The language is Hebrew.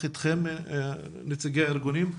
אתכם, נציגי הארגונים.